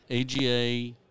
AGA